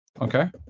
Okay